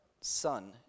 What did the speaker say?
son